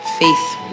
Faith